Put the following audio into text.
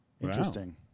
interesting